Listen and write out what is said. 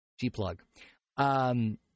G-plug